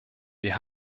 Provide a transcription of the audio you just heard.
wir